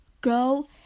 Go